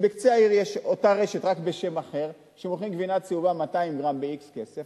בקצה העיר יש אותה רשת רק בשם אחר שמוכרת גבינה צהובה 200 גרם ב-x כסף,